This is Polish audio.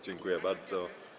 Dziękuję bardzo.